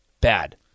Bad